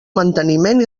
manteniment